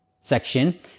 section